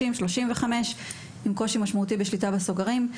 ו-35 עם קושי משמעותי בשליטה בסוגרים,